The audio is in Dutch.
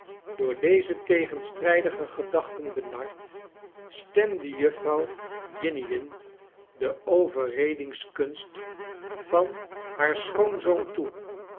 door deze tegenstrijdige gedachten benard stemde jufvrouw jiniwin de overredingskunst van haar schoonzoon toe